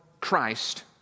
Christ